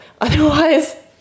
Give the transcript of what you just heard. Otherwise